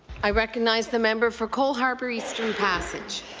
i recognize the member for cole harbour-eastern passage.